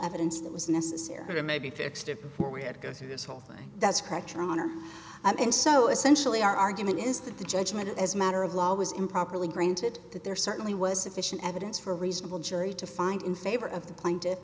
evidence that was necessary maybe fixed it before we had to go through this whole thing that's correct your honor and so essentially our argument is that the judgment as a matter of law was improperly granted that there certainly was sufficient evidence for a reasonable jury to find in favor of the pla